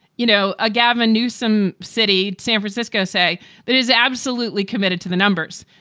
you know, a gavin newsom city, san francisco, say that is absolutely committed to the numbers.